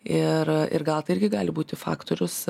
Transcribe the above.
ir ir gal tai irgi gali būti faktorius